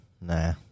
nah